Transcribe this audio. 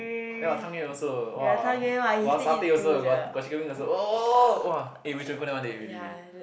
then got tang yuan also !wah! got satay also got got chicken wing also !oh! !wah! eh we should go one day really really